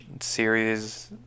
series